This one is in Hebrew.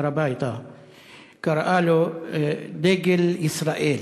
הר-הבית, אה, קראה לו דגל ישראל.